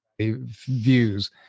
views